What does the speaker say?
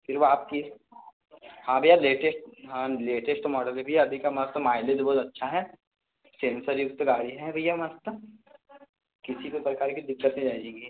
फिर वो आपकी हाँ भैया लेटेस्ट हाँ लेटेस्ट मॉडल हैं अभी का मस्त माइलेज बहुत अच्छा है सेंसर युक्त गाड़ी है भैया मस्त किसी भी प्रकार की दिक्कत नहीं आएगी भैया